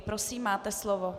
Prosím, máte slovo.